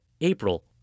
April